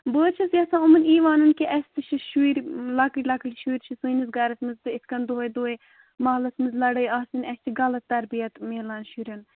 بہٕ حظ چھَس یَژھان یِمَن ای وَنُن کہِ اَسہِ تہِ چھِ شُرۍ لَکٕٹۍ لَکٕٹۍ شُرۍ چھِ سٲنِس گَرَس منٛز تہٕ اِتھ کَن دۄہَے دۄہَے محلَس منٛز لَڑٲے آسٕنۍ اَسہِ چھِ غلط تربِیَت مِلان شُرٮ۪ن